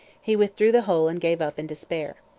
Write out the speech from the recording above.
he withdrew the whole and gave up in despair.